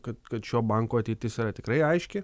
kad kad šio banko ateitis yra tikrai aiški